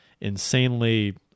insanely